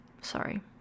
Sorry